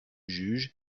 juge